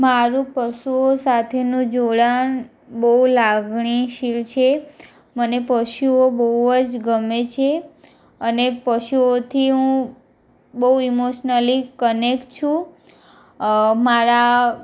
મારું પશુઓ સાથેનું જોડાણ બહુ લાગણીશીલ છે મને પશુઓ બહુ જ ગમે છે અને પશુઓથી હું બહુ ઇમોશનલી કનેક્ટ છું અ મારા